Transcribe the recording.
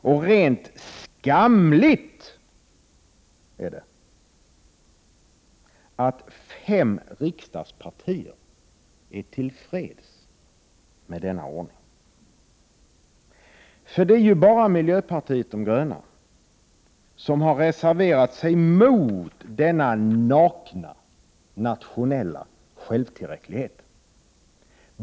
Och rent skamligt är att fem riksdagspartier är till freds med denna ordning. Det är ju bara miljöpartiet de gröna som har reserverat sig mot denna nakna nationella självtillräcklighet.